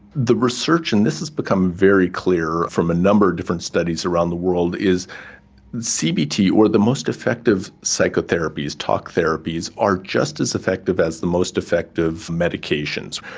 the research, and this has become very clear from a number of different studies around the world, is cbt or the most effective psychotherapies, talk therapies, are just as effective as the most effective medications.